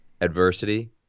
adversity